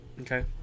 okay